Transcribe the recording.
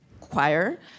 choir